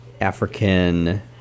African